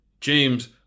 James